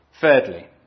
Thirdly